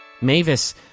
Mavis